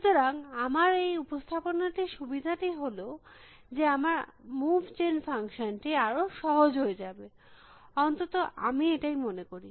সুতরাং আমার এই উপস্থাপনার সুবিধাটি হল যে আমার মুভ জেন ফাংশন টি আরো সহজ হয়ে যাবে অন্তত আমি এটাই মনে করি